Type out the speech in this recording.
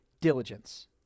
diligence